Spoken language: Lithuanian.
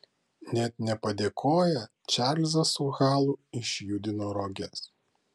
net nepadėkoję čarlzas su halu išjudino roges